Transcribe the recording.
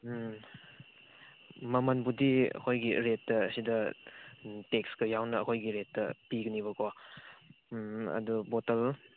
ꯎꯝ ꯃꯃꯟꯕꯨꯗꯤ ꯑꯩꯈꯣꯏꯒꯤ ꯔꯦꯠꯇ ꯁꯤꯗ ꯎꯝ ꯇꯦꯛꯁꯀ ꯌꯥꯎꯅ ꯑꯩꯈꯣꯏꯒꯤ ꯔꯦꯠꯇ ꯄꯤꯒꯅꯤꯕꯀꯣ ꯎꯝ ꯑꯗꯨ ꯕꯣꯇꯜ